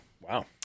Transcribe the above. Wow